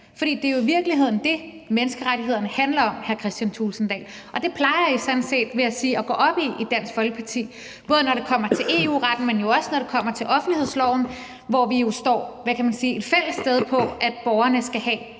for det er jo virkeligheden det, menneskerettighederne handler om, hr. Kristian Thulesen Dahl. Og det plejer I jo sådan set at gå op i i Dansk Folkeparti, vil jeg sige, både når det kommer til EU-retten, men jo også når det kommer til offentlighedsloven, hvor vi jo står, hvad kan man sige, et fælles sted, i forhold til at borgerne skal have